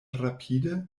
rapide